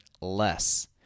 less